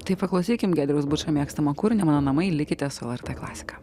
tai paklausykim giedriaus bučo mėgstamo kūrinio mano namai likite su lrt klasika